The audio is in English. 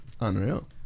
Unreal